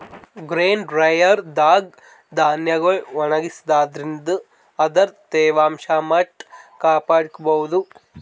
grain dryer ದಾಗ್ ಧಾನ್ಯಗೊಳ್ ಒಣಗಸಾದ್ರಿನ್ದ ಅದರ್ದ್ ತೇವಾಂಶ ಮಟ್ಟ್ ಕಾಪಾಡ್ಕೊಭೌದು